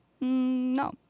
No